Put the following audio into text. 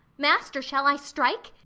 master, shall i strike?